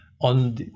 on